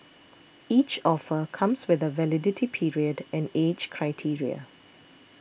each offer comes with a validity period and age criteria